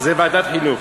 זו ועדת חינוך.